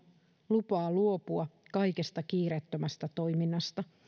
lupaa luopua kaikesta kiireettömästä toiminnasta